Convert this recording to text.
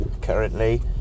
currently